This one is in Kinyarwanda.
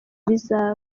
bizaba